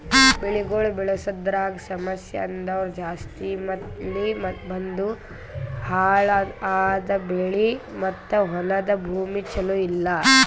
ಬೆಳಿಗೊಳ್ ಬೆಳಸದ್ರಾಗ್ ಸಮಸ್ಯ ಅಂದುರ್ ಜಾಸ್ತಿ ಮಳಿ ಬಂದು ಹಾಳ್ ಆದ ಬೆಳಿ ಮತ್ತ ಹೊಲದ ಭೂಮಿ ಚಲೋ ಇಲ್ಲಾ